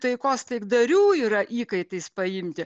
taikos taikdarių yra įkaitais paimti